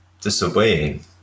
disobeying